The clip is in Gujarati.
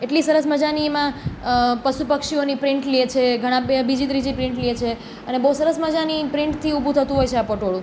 એટલી સરસ મજાની એમાં પશુ પક્ષીઓની પ્રિન્ટ લે છે ઘણાં બીજી ત્રીજી પ્રિન્ટ લે છે અને બહુ સરસ મજાની પ્રિન્ટથી ઊભું થતું હોય છે આ પટોળું